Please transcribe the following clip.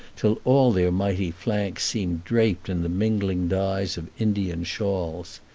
till all their mighty flanks seemed draped in the mingling dyes of indian shawls.